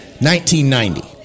1990